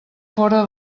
fora